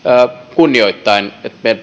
kunnioittaen